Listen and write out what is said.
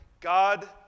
God